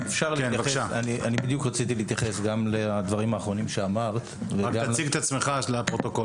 אני כקפטנית נבחרת ישראל חתמתי על אותו מסמך של קפטן נבחרת ישראל.